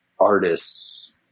artists